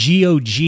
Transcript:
GOG